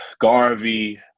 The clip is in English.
Garvey